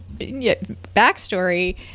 Backstory